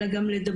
אלא גם לדבר,